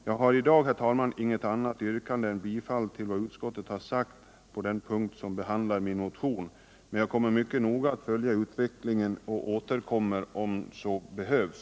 Jag har i dag, herr talman, inget annat yrkande än om bifall till vad utskottet har sagt på den punkt som behandlar min motion, men jag ämnar följa utvecklingen mycket noga och återkommer om så behövs.